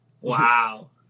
Wow